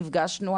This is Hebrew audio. נפגשנו,